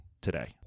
today